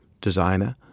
designer